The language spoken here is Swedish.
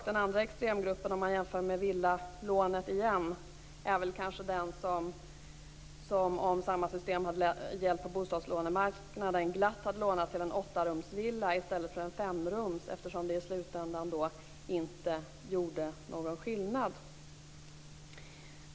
Den andra extremgruppen, om man jämför med villalånet igen, är väl kanske den som, om samma system hade gällt på bostadslånemarknaden, glatt hade lånat till en åttarumsvilla i stället för en femrumsvilla eftersom det i slutändan inte gör någon skillnad.